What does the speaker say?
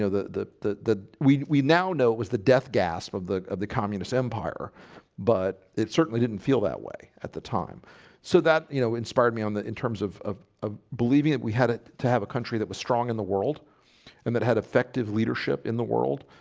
the the the the we we now know it was the death gasp of the the communist empire but it certainly didn't feel that way at the time so that you know inspired me on the in terms of of ah believing it. we had it to have a country that was strong in the world and that had effective leadership in the world